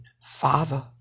Father